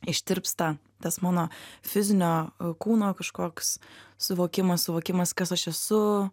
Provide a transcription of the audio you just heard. ištirpsta tas mano fizinio kūno kažkoks suvokimas suvokimas kas aš esu